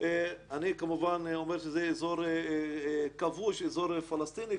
כמובן, אני אומר שזה אזור פלסטיני כבוש וכדומה,